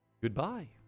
Goodbye